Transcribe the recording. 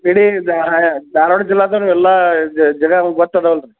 ಇಡಿ ಇದು ಧಾರವಾಡ ಜಿಲ್ಲೆ ಅಂದ್ರೆ ಎಲ್ಲಾ ಜಾಗ ಗೊತ್ತು ಇದಾವೆ ಅಲ್ರಿ